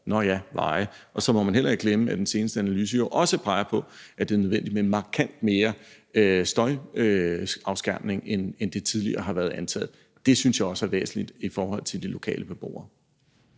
nå ja, veje. Og så må man heller ikke glemme, at den seneste analyse jo også peger på, at det er nødvendigt med markant mere støjafskærmning, end det tidligere har været antaget. Det synes jeg også er væsentligt i forhold til de lokale beboere.